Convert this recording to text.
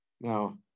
Now